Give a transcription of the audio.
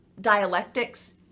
dialectics